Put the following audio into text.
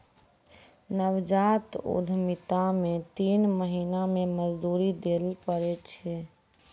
नवजात उद्यमिता मे तीन महीना मे मजदूरी दैल पड़ै छै